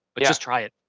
but yeah. just try it.